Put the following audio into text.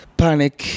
panic